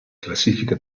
classifica